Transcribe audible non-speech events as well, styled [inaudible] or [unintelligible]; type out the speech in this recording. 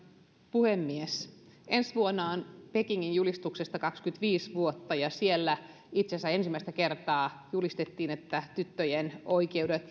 puhemies ensi vuonna on pekingin julistuksesta kaksikymmentäviisi vuotta siellä itse asiassa ensimmäistä kertaa julistettiin että tyttöjen oikeudet [unintelligible]